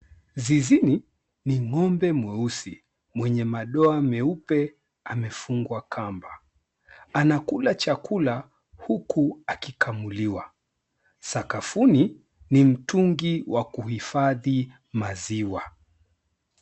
Zizini ni ng'ombe mweusi mwenye madoa meupe amefungwa kamba. Anakula chakula huku akikamuliwa. Sakafuni ni mtungi wa kuhifadhi maziwa.